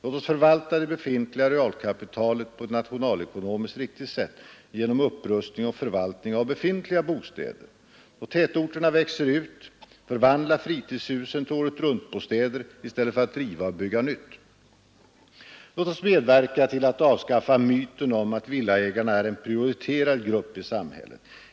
Låt oss förvalta det befintliga realkapitalet på ett nationalekonomiskt riktigt sätt genom upprustning och förvaltning av befintliga bostäder. Då tätorterna växer ut; förvandla fritidshusen till åretruntbostäder i stället för att riva och bygga nytt. Låt oss medverka till att avskaffa myten om att villaägarna är en prioriterad grupp i samhället.